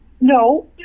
No